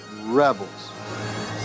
Rebels